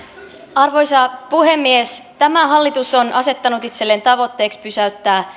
arvoisa puhemies tämä hallitus on asettanut itselleen tavoitteeksi pysäyttää